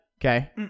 Okay